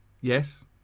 Yes